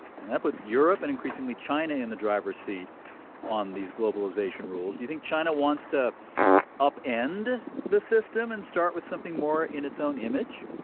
and that puts europe and increasingly china in the driver's seat on these globalization rules. do you think china wants to upend the system and start with something more in its own image?